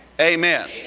Amen